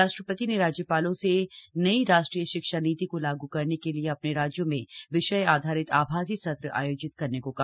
राष्ट्रपति ने राज्यपालों से नई राष्ट्रीय शिक्षा नीति को लागू करने के लिए अपने राज्यों में विषय आधारित आभासी सत्र आयोजित करने को कहा